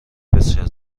بسیار